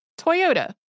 Toyota